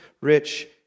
rich